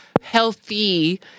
healthy